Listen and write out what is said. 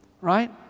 Right